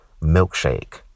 Milkshake